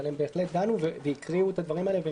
אבל הם בהחלט דנו והקריאו את הדברים האלה,